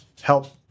Help